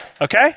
Okay